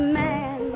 man